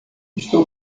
estou